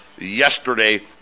yesterday